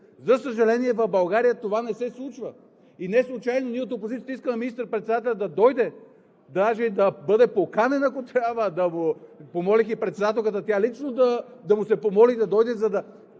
За съжаление, в България това не се случва. Неслучайно ние от опозицията искаме министър-председателят да дойде, даже да бъде поканен, ако трябва. Помолих и председателката лично да му се помоли да дойде, за да